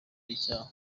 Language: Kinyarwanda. ibyaha